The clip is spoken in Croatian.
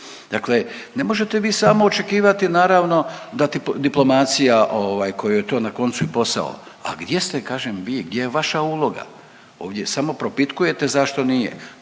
Dakle, ne možete vi samo očekivati naravno da diplomacija ovaj kojoj je to na koncu i posao, a gdje ste kažem vi, gdje je vaša uloga? Ovdje samo propitkujete zašto nije.